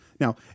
Now